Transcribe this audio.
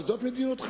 אבל זאת מדיניותך.